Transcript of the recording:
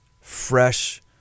fresh